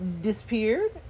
disappeared